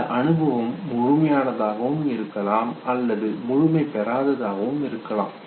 அந்த அனுபவம் முழுமையானதாகவும் இருக்கலாம் அல்லது முழுமை பெறாததாகவும் இருக்கலாம்